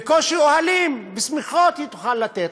בקושי אוהלים ושמיכות היא תוכל לתת.